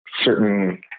certain